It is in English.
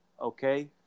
okay